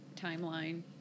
timeline